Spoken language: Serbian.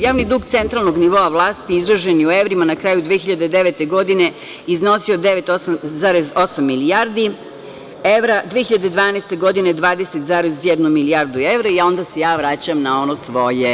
Javni dug centralnog nivoa vlasti izražen u evrima na kraju 2009. godine iznosio je 9,8 milijardi evra, 2012. godine 20,1 milijardu evra i onda se ja vraćam na ono svoje.